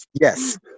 Yes